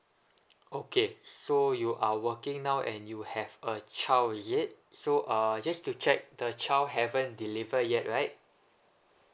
okay so you are working now and you have a child is it so uh just to check the child haven't deliver yet right